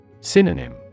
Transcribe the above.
Synonym